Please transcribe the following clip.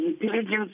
intelligence